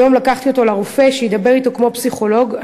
היום לקחתי אותו לרופא שידבר אתו כמו פסיכולוג.